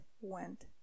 went